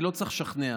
אני לא צריך לשכנע.